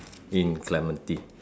in Clementi